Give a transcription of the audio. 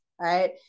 Right